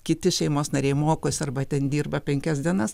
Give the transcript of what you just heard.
kiti šeimos nariai mokosi arba ten dirba penkias dienas